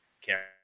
care